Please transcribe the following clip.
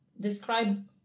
describe